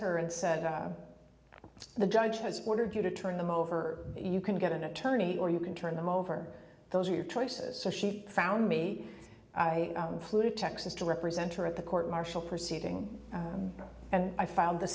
her and said the judge has ordered you to turn them over you can get an attorney or you can turn them over those are your choices so she found me i flew to texas to represent her at the court martial proceeding and i filed the